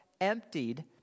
emptied